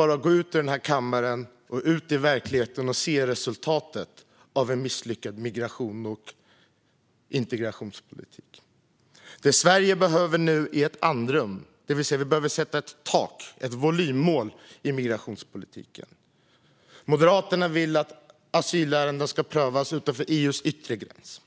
Well, låt oss gå ut ur kammaren och ut i verkligheten och se resultatet av en misslyckad migrations och integrationspolitik. Det Sverige behöver nu är ett andrum. Vi behöver sätta ett tak, ett volymmål, i migrationspolitiken. Moderaterna vill att asylärenden ska prövas utanför EU:s yttre gräns,